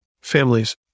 families